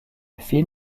film